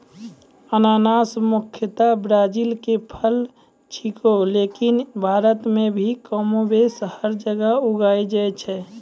अनानस मुख्यतया ब्राजील के फल छेकै लेकिन भारत मॅ भी कमोबेश हर जगह उगी जाय छै